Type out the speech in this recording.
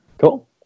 Cool